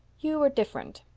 you are different.